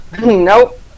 nope